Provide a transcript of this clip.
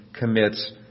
commits